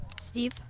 Steve